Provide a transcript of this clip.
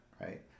right